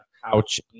couch